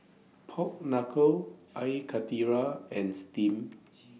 Pork Knuckle Air Karthira and Steamed